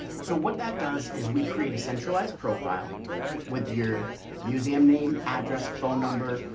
so what that does is we create a centralized profile with your museum name, address, phone number,